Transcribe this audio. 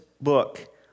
book